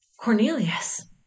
Cornelius